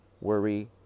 worry